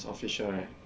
must official right